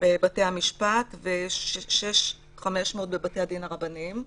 בבתי המשפט ו-6,500 בבתי הדין הרבניים.